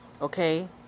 Okay